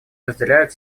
разделяют